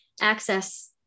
access